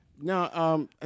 Now